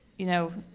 you know,